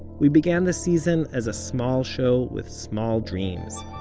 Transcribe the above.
we began this season as a small show, with small dreams,